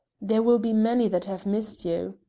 there will be many that have missed you.